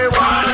one